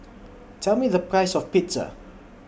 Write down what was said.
Tell Me The Price of Pizza